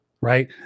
right